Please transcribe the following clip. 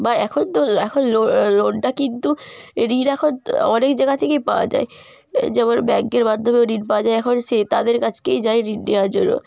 বা এখন তো এখন লোনটা কিন্তু ঋণ এখন তো অনেক জায়গা থেকেই পাওয়া যায় যেমন ব্যাঙ্কের মাধ্যমেও ঋণ পাওয়া যায় এখন সে তাদের কাছেই যায় ঋণ নেওয়ার জন্য